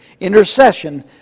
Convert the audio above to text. Intercession